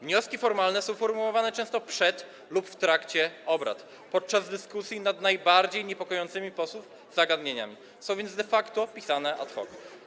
Wnioski formalne są formułowane często przed obradami lub w ich trakcie podczas dyskusji nad najbardziej niepokojącymi posłów zagadnieniami, są więc de facto pisane ad hoc.